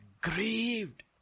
grieved